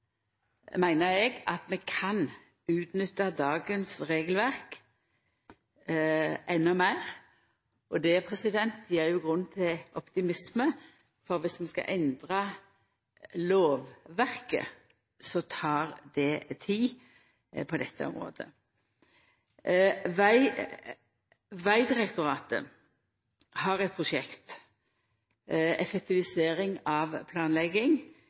meiner eg, at vi kan utnytta dagens regelverk endå meir, og det gjev grunn til optimisme. For dersom vi skal endra lovverket, tek det tid på dette området. Vegdirektoratet har eit prosjekt, Effektivisering av planlegging.